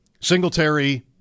Singletary